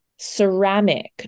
ceramic